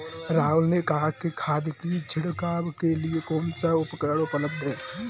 राहुल ने कहा कि खाद की छिड़काव के लिए कौन सा उपकरण उपलब्ध है?